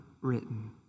written